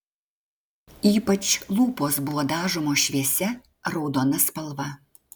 ypač lūpos buvo dažomos šviesia raudona spalva